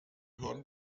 hören